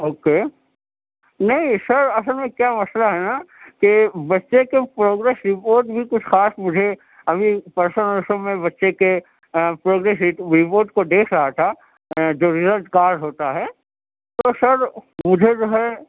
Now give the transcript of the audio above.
okay نہیں sir اصل میں کیا مسٔلہ ہے نہ کہ بچے کے پروگریس رپورٹ بھی کچھ خاص مجھے ابھی پرسوں نرسوں میں بچے کے پروگریس رپورٹ کو دیکھ رہا تھا جو ریزلٹ کارڈ ہوتا ہے تو سر مجھے جو ہے